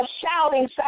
shouting